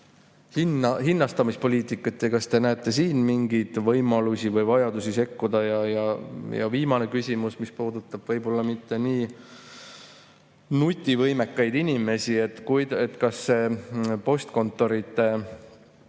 hinnastamispoliitikat ja kas te näete siin mingeid võimalusi või vajadust sekkuda? Viimane küsimus puudutab ehk mitte nii nutivõimekaid inimesi: kas postkontorite